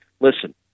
listen